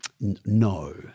no